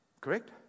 Correct